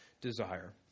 desire